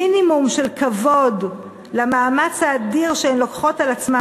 מינימום של כבוד למאמץ האדיר שהן לוקחות על עצמן